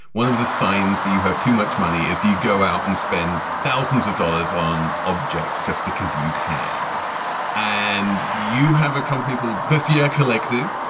one of the signs that you have too much money, if you go out and spend thousands of dollars on objects just because you can and you have a company called vasya collective.